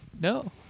No